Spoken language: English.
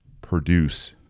produce